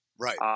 Right